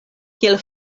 kiel